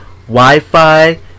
wi-fi